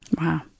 Wow